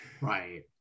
Right